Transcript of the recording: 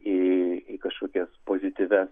į į kažkokias pozityvias